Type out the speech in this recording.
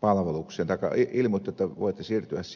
palvelukseen tai ilmoitti että voitte siirtyä sinne